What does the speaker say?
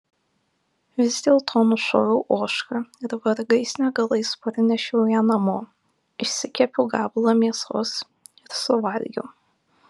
vis dėlto nušoviau ožką ir vargais negalais parnešiau ją namo išsikepiau gabalą mėsos ir suvalgiau